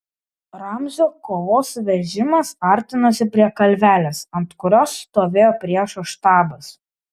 ramzio kovos vežimas artinosi prie kalvelės ant kurios stovėjo priešo štabas